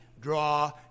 draw